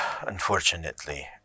unfortunately